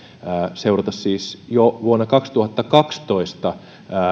jo vuonna kaksituhattakaksitoista